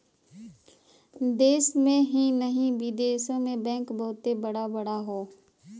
देश में ही नाही बिदेशो मे बैंक बहुते बड़ा बड़ा हौ